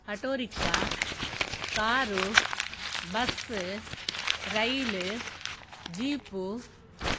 auto rickshaw car bus rail jeep